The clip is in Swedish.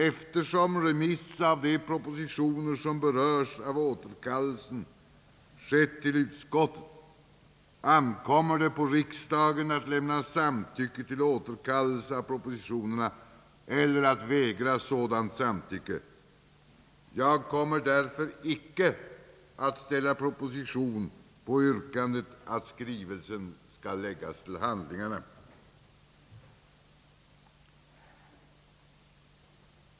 Eftersom remiss av de propositioner som berörs av återkallelsen skett till utskottet, ankommer det på riksdagen att lämna samtycke till återkallelse av propositionerna eller att vägra sådant samtycke. Jag kommer därför icke att ställa proposition på yrkandet att skrivelsen skall läggas till handlingarna.